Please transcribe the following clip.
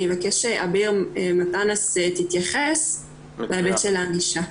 אני אבקש שעביר מטאנס תתייחס בהיבט של הענישה.